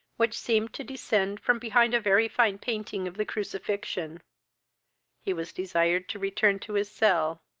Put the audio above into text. which seemed to descend from behind a very fine painting of the crucifixion he was desired to return to his cell,